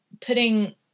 putting